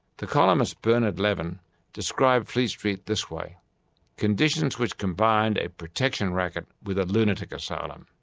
the columnist bernard levin described fleet street this way conditions which combined a protection racket with a lunatic asylum.